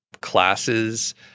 classes